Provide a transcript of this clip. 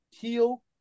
Teal